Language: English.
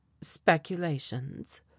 Speculations